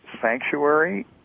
Sanctuary